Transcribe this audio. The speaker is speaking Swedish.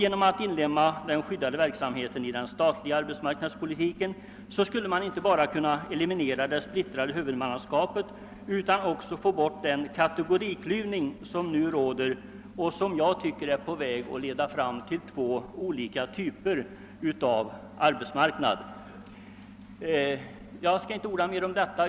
Genom att inlemma den skyddade verksamheten i den statliga arbetsmarknadspolitiken skulle man kunna inte bara eliminera huvudmannaskapets splittring utan också få bort den kategoriklyvning som nu uppstår och som är på väg att leda fram till två olika typer av arbetsmarknad. Jag skall inte orda mer om detta.